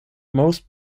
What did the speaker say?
most